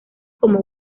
como